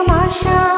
Masha